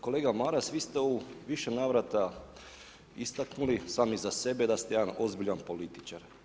Kolega Maras vi ste u više navrata istaknuli, sami za sebe, da ste jedan ozbiljan političar.